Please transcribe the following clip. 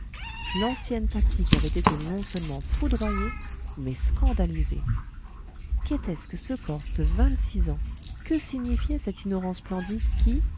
l'ancienne tactique avait été non seulement foudroyée mais scandalisée qu'était-ce que ce corse de vingt-six ans que signifiait cet ignorant splendide qui